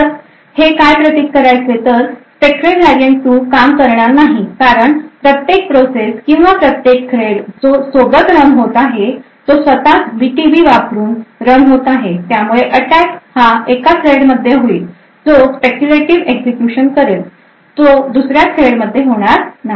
तर हे काय प्रतीक करायचे तर Spectre Variant 2 काम करणार नाही कारण प्रत्येक प्रोसेस किंवा प्रत्येक Thread जो सोबत रन होतं आहे तो स्वतःच BTB वापरून रन होतं आहे आणि त्यामुळे अटॅक हा एका Thread मध्ये होईल जो Speculative एक्झिक्युशन करेल तो दुसऱ्या Thread मध्ये होणार नाही